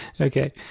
Okay